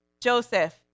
Joseph